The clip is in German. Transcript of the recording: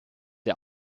der